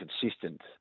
consistent